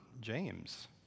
James